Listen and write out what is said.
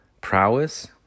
prowess